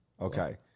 Okay